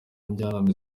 njyanama